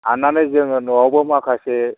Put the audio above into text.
हाननानै जोङो न'आवबो माखासे